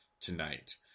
tonight